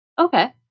Okay